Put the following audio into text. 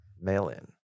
mail-in